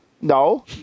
No